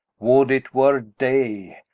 would it were day?